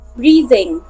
breathing